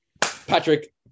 Patrick